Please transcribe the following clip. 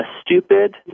stupid